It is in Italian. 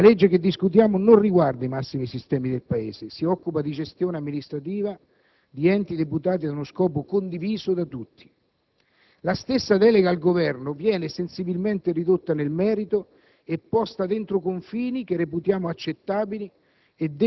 La legge che discutiamo non riguarda i massimi sistemi del Paese: si occupa di gestione amministrativa di enti deputati ad uno scopo condiviso da tutti. La stessa delega al Governo viene sensibilmente ridotta nel merito e posta dentro confini che reputiamo accettabili